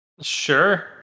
sure